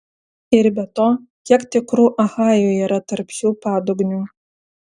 ir be to kiek tikrų achajų yra tarp šių padugnių